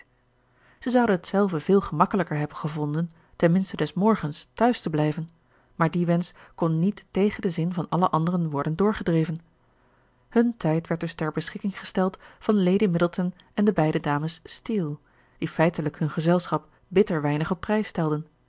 zij zouden het zelven veel gemakkelijker hebben gevonden ten minste des morgens tehuis te blijven maar die wensch kon niet tegen den zin van alle anderen worden doorgedreven hun tijd werd dus ter beschikking gesteld van lady middleton en de beide dames steele die feitelijk hun gezelschap bitter weinig op prijs stelden